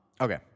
Okay